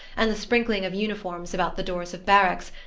and the sprinkling of uniforms about the doors of barracks,